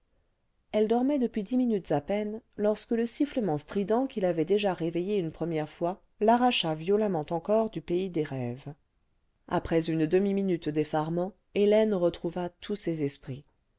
elle dormait depuis dix minutes à peine lorsque le sifflement strident qui l'avait déjà réveillée une première fois l'arracha violemment encore du pays des rêves après une demi-minute d'effarement hélène retrouva tous ses esprits